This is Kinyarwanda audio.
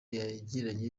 yagiranye